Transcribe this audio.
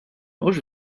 hux